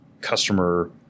customer